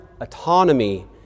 autonomy